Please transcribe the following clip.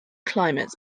climates